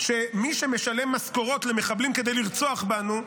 שמי שמשלם משכורות למחבלים כדי לרצוח בנו,